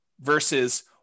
versus